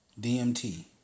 DMT